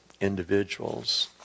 individuals